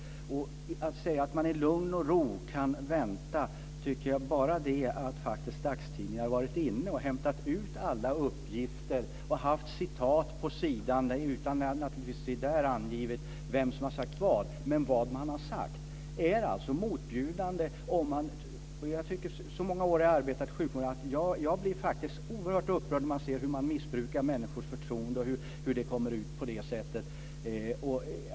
Sedan till det som sägs om att man i lugn och ro kan vänta. Bara det att dagstidningar faktiskt har varit inne och hämtat ut alla uppgifter och haft citat - utan att ange vem som har sagt vad men väl vad man har sagt - är motbjudande. Efter att ha arbetat många år i sjukvården blir jag faktiskt oerhört upprörd när jag ser att man missbrukar människors förtroende när det kommer ut på det här sättet.